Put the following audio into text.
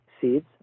seeds